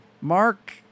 Mark